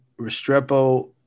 Restrepo